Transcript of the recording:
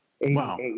Wow